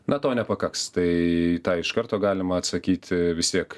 na to nepakaks tai tą iš karto galima atsakyti vis tiek